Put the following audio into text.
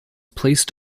placed